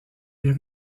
les